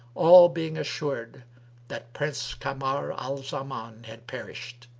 all being assured that prince kamar al-zaman had perished.